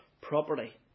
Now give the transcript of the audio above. property